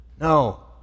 No